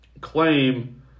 claim